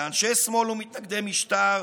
לאנשי שמאל ומתנגד משטר,